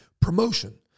Promotion